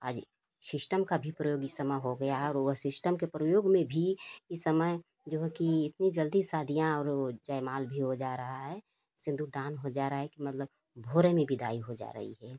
आज ए शिस्टम का भी प्रयोग इस समय हो गया है और वो शिस्टम के प्रयोग में भी इस समय जो है कि इतनी जल्दी शादियाँ और वो जयमाल भी हो जा रहा है सिंदूर दान हो जा रहा है कि मतलब भोरे में विदाई हो जा रही है